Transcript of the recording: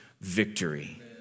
victory